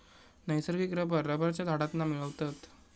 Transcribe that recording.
नैसर्गिक रबर रबरच्या झाडांतना मिळवतत